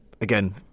again